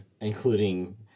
including